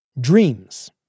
Dreams